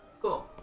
Cool